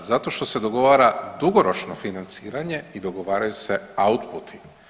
Zato što se dogovara dugoročno financiranje i dogovaraju se outputi.